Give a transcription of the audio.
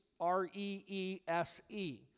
R-E-E-S-E